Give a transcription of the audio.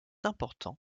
important